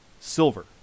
silver